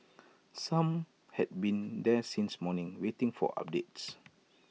some had been there since morning waiting for updates